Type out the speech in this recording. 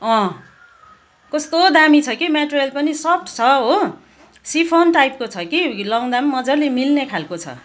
कस्तो दामी छ कि मटेरियल पनि सफ्ट छ हो सिफन टाइपको छ कि लाउँदा पनि मज्जााले मिल्ने खालको छ